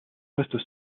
restent